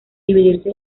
dividirse